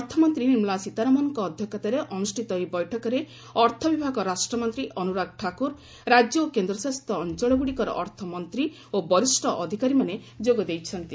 ଅର୍ଥମନ୍ତ୍ରୀ ନିର୍ମଳା ସୀତାରମଣଙ୍କ ଅଧ୍ୟକ୍ଷତାରେ ଅନୁଷ୍ଠିତ ଏହି ବୈଠକରେ ଅର୍ଥ ବିଭାଗ ରାଷ୍ଟ୍ରମନ୍ତ୍ରୀ ଅନୁରାଗ ଠାକୁର ରାଜ୍ୟ ଓ କେନ୍ଦ୍ରଶାସିତ ଅଞ୍ଚଳ ଗୁଡ଼ିକର ଅର୍ଥମନ୍ତ୍ରୀ ଓ ବରିଷ୍ଣ ଅଧିକାରୀମାନେ ଯୋଗ ଦେଇଛନ୍ତି